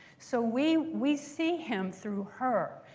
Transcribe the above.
so we we see him through her.